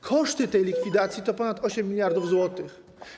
Koszty tej likwidacji to ponad 8 mld zł.